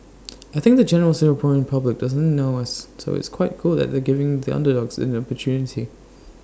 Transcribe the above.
I think the general Singaporean public doesn't know us so it's quite cool that they're giving the underdogs an opportunity